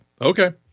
okay